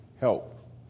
help